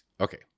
Okay